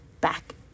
back